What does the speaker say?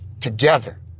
together